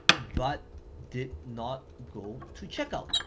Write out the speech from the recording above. but did not go to checkout.